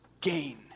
gain